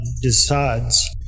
decides